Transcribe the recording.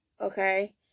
okay